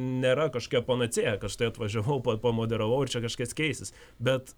nėra kažkokia panacėja kad štai atvažiavau pa pamoderavau ir čia kažkas keisis bet